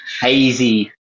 hazy